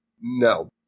No